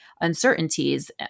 uncertainties